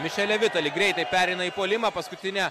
mišeli vitali greitai pereina į puolimą paskutinę